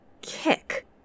kick